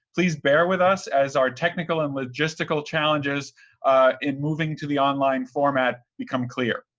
please bear with us as our technical and logistical challenges in moving to the online format become clear.